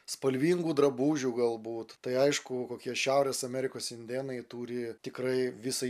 spalvingų drabužių galbūt tai aišku kokie šiaurės amerikos indėnai turi tikrai visai